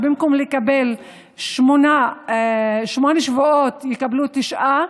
במקום לקבל שמונה שבועות יקבלו תשעה,